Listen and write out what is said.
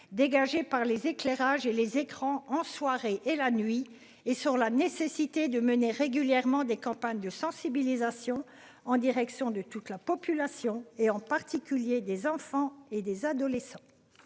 dégagé par les éclairage et les écrans en soirée et la nuit et sur la nécessité de mener régulièrement des campagnes de sensibilisation en direction de toute la population et en particulier des enfants et des adolescents.